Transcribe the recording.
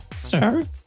sir